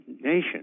nation